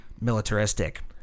militaristic